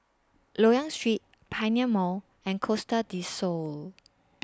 Loyang Street Pioneer Mall and Costa Del Sol